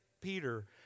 Peter